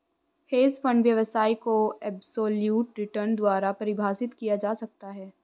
hedge fund व्यवसाय को absolute return द्वारा परिभाषित किया जा सकता है